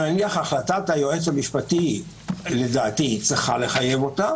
נניח החלטת היועץ המשפטי לדעתי צריכה לחייב אותה